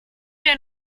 wir